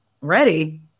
ready